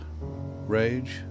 rage